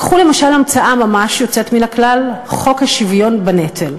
קחו למשל המצאה ממש יוצאת מן הכלל: חוק השוויון בנטל.